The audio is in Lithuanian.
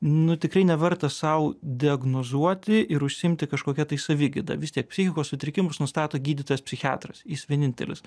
nu tikrai neverta sau diagnozuoti ir užsiimti kažkokia tai savigyda vis tiek psichikos sutrikimus nustato gydytojas psichiatras jis vienintelis